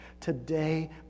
Today